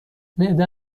معده